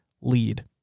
lead